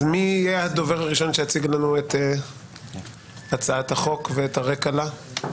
אז מי יהיה הדובר הראשון שיציג לנו את הצעת החוק ואת הרקע לה?